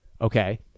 Okay